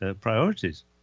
priorities